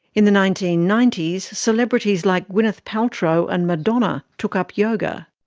in the nineteen ninety s, celebrities like gwyneth paltrow and madonna took up yoga.